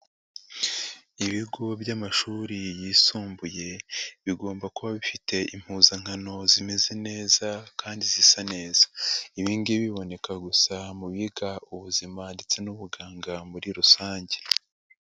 Ibigo by'amashuri yisumbuye bigomba kuba bifite impuzankano zimeze neza kandi zisa neza, ibi ngibi biboneka gusa mu biga ubuzima ndetse n'ubuganga muri rusange.